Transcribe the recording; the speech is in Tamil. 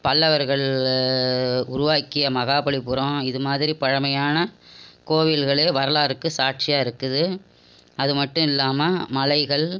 பல்லவர்கள் உருவாக்கிய மகாபலிபுரம் இதுமாதிரி பழமையான கோவில்களே வரலாறுக்கு சாட்சியாருக்குது அது மட்டும் இல்லாமல் மலைகள்